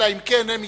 אלא אם כן הם הסכימו,